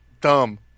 Dumb